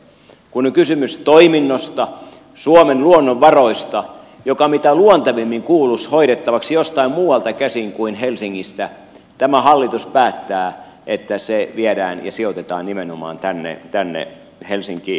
kun on kysymys toiminnosta suomen luonnonvaroista joka mitä luontevimmin kuuluisi hoidettavaksi jostain muualta käsin kuin helsingistä tämä hallitus päättää että se viedään ja sijoitetaan nimenomaan tänne helsinkiin